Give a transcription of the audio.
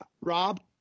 Rob